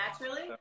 Naturally